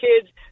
kids